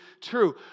true